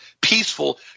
peaceful